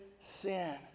sin